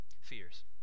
fears